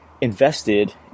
invested